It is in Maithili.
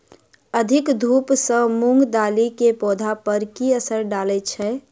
अधिक धूप सँ मूंग दालि केँ पौधा पर की असर डालय छै?